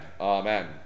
Amen